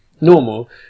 normal